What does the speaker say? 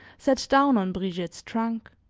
sat down on brigitte's trunk.